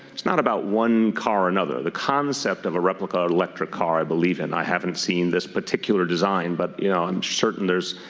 it's not about one car another. the concept of a replica electric car i believe in i haven't seen this particular design, but you know i'm certain there's